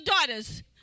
daughters